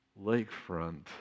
lakefront